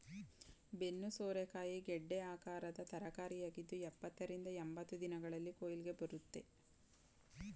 ಬೆನ್ನು ಸೋರೆಕಾಯಿ ಗೆಡ್ಡೆ ಆಕಾರದ ತರಕಾರಿಯಾಗಿದ್ದು ಎಪ್ಪತ್ತ ರಿಂದ ಎಂಬತ್ತು ದಿನಗಳಲ್ಲಿ ಕುಯ್ಲಿಗೆ ಬರುತ್ತೆ